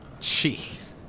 Jeez